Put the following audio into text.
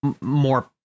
more